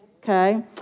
Okay